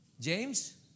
James